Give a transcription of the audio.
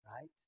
Right